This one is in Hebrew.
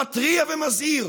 אני מתריע ומזהיר